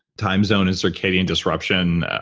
timezone, a circadian disruption,